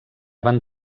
van